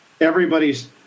Everybody's